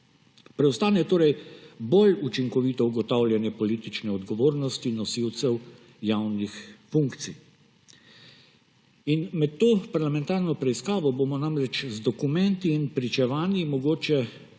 Preostane torej bolj učinkovito ugotavljanje politične odgovornosti nosilcev javnih funkcij. In med to parlamentarno preiskavo bo z dokumenti in pričevanji mogoče